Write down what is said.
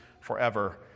forever